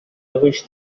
wish